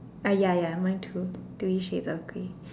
ah ya ya mine too three shades of grey